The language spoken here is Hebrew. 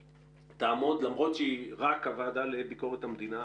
למרות שהיא רק הוועדה לביקורת המדינה,